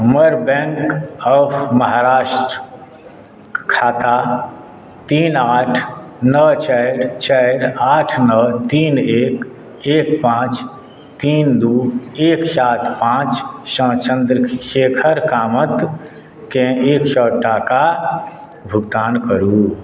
हमर bank of Maharashtra के खाता तीन आठ नओ चारि चारि आठ नओ तीन एक एक पाँच तीन दू एक सात पाँच सँ चंद्रशेखर कामतके एक सए टाका भुगतान करू